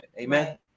amen